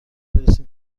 برسیم